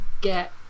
get